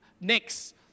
Next